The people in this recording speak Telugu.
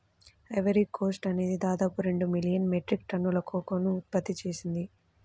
ఐవరీ కోస్ట్ అనేది దాదాపు రెండు మిలియన్ మెట్రిక్ టన్నుల కోకోను ఉత్పత్తి చేసింది